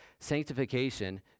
sanctification